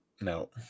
no